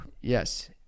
yes